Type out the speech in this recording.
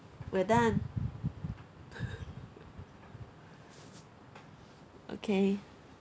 we're done okay